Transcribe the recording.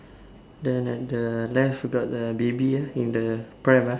then at the left got the baby ah in the pram ah